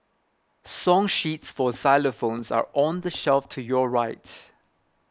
song sheets for xylophones are on the shelf to your right